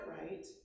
right